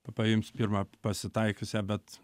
paims pirmą pasitaikiusią bet